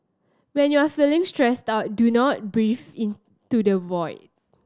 when you are feeling stressed out do not breathe into the void